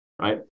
right